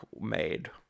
made